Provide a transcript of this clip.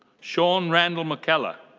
sean randall mckellar.